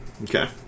Okay